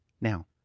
Now